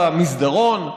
במסדרון?